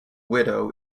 widow